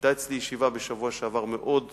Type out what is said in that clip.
היתה אצלי ישיבה בשבוע שעבר, מאוד רחבה,